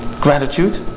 gratitude